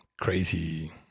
crazy